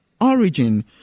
origin